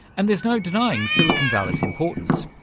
and there's no denying silicon valley's importance,